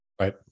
Right